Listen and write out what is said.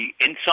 inside